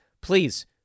please